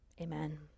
Amen